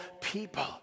people